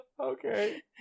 Okay